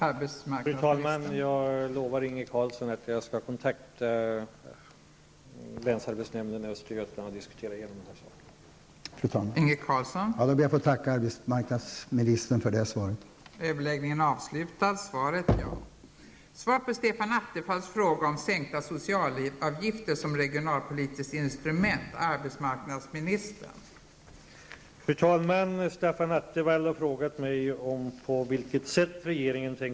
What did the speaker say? Fru talman! Jag lovar Inge Carlsson att jag skall kontakta länsarbetsnämnden i Östergötland och diskutera igenom den här saken.